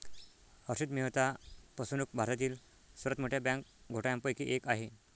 हर्षद मेहता फसवणूक भारतातील सर्वात मोठ्या बँक घोटाळ्यांपैकी एक आहे